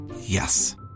Yes